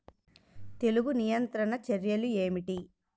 తెగులు నియంత్రణ చర్యలు ఏమిటి?